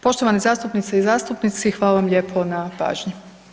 Poštovani zastupnice i zastupnici, hvala vam lijepo na pažnji.